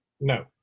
No